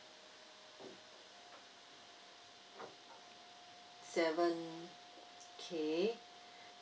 seven okay